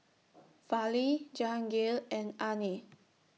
Fali Jahangir and Anil